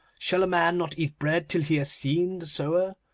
shall a man not eat bread till he has seen the sower,